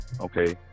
okay